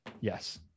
Yes